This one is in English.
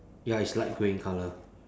ya it's light grey in colour